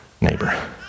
neighbor